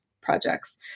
projects